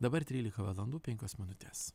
dabar trylika valandų penkios minutės